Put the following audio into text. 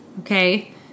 Okay